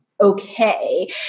okay